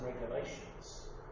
regulations